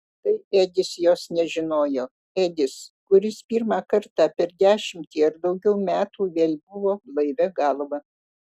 tai edis jos nežinojo edis kuris pirmą kartą per dešimtį ar daugiau metų vėl buvo blaivia galva